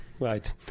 Right